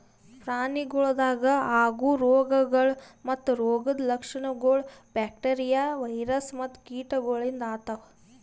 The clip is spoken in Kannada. ಪ್ರಾಣಿಗೊಳ್ದಾಗ್ ಆಗವು ರೋಗಗೊಳ್ ಮತ್ತ ರೋಗದ್ ಲಕ್ಷಣಗೊಳ್ ಬ್ಯಾಕ್ಟೀರಿಯಾ, ವೈರಸ್ ಮತ್ತ ಕೀಟಗೊಳಿಂದ್ ಆತವ್